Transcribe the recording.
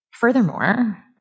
Furthermore